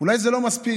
אולי זה לא מספיק.